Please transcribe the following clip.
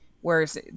whereas